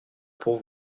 pour